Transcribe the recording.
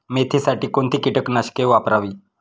मेथीसाठी कोणती कीटकनाशके वापरावी?